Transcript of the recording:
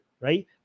right